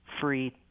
free